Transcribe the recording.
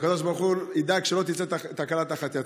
שהקדוש ברוך הוא ידאג שלא תצא תקלה תחת ידך.